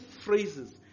phrases